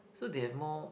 so they have more